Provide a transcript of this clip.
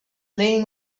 playing